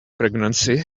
pregnancy